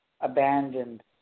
abandoned